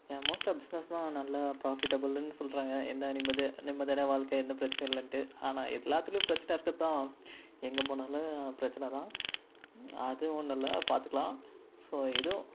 மோஸ்ட்டாக பிஸ்னஸ் தான் நல்லா பிராஃபிட்டபுள்னு சொல்கிறாங்க என்ன நிம்மதி நிம்மதியான வாழ்க்கை எந்த பிரச்சினையும் இல்லைன்ட்டு ஆனால் எல்லாத்துலேயும் பிரச்சின இருக்குதுத்தான் எங்கே போனாலும் பிரச்சினதான் அது ஒன்றுல்ல பார்த்துக்குலாம் ஸோ ஏதோ